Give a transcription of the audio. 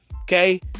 Okay